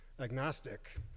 agnostic